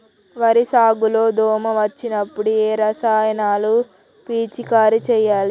వరి సాగు లో దోమ వచ్చినప్పుడు ఏ రసాయనాలు పిచికారీ చేయాలి?